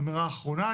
אומר אמירה אחרונה,